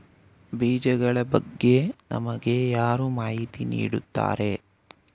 ಬೀಜಗಳ ಬಗ್ಗೆ ನಮಗೆ ಯಾರು ಮಾಹಿತಿ ನೀಡುತ್ತಾರೆ?